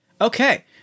Okay